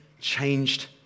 changed